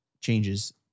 changes